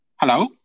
Hello